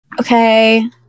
Okay